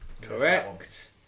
correct